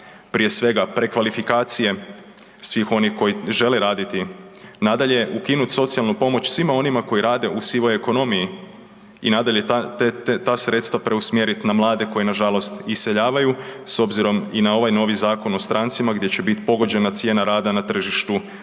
prije svega prekvalifikacijom svih onih koji žele raditi. Nadalje, ukinut socijalnu pomoć svima onima koji rade u sivoj ekonomiji i nadalje ta sredstva preusmjerit na mlade koji nažalost iseljavaju s obzirom i na ovaj novi Zakon o strancima gdje će bit pogođena cijena rada na tržištu, rada